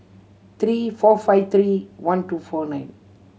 three four five three one two four nine